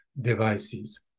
devices